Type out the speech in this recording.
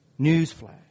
Newsflash